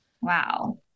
Wow